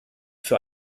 für